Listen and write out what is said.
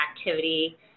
activity